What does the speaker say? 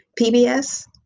PBS